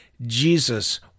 Jesus